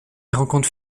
rencontre